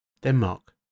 Denmark